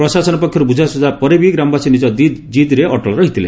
ପ୍ରଶାସନ ପକ୍ଷରୁ ବୁଝାସୁଝା ପରେ ବି ଗ୍ରାମବାସୀ ନିଜ ଜିଦ୍ରେ ଅଟଳ ରହିଥିଲେ